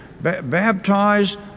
Baptize